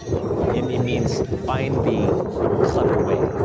um it means, find the clever way.